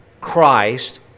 Christ